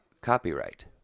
copyright